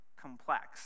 complex